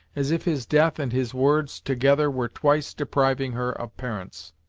as if his death and his words together were twice depriving her of parents.